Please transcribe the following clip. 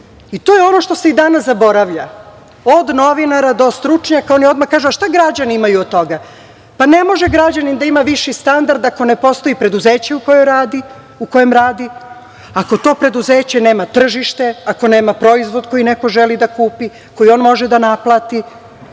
i to je ono što se i danas zaboravlja, od novinara do stručnjaka, oni odmah kažu – a, šta građani imaju od toga? Pa, ne može građanin da ima više standard ako ne postoji preduzeće u kojem radi, ako to preduzeće nema tržište, ako nema proizvod koji neko želi da kupi, koje on može da naplati.